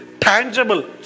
tangible